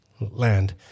land